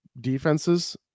defenses